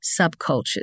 subcultures